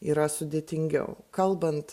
yra sudėtingiau kalbant